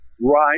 right